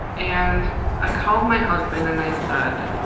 and i called my husband, and i said,